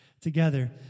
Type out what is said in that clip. together